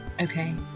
Okay